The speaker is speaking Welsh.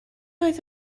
oedd